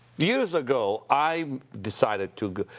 years ago i decided to go.